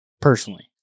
personally